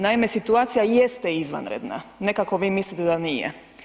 Naime, situacija jeste izvanredna, ne kako mi vi mislite da nije.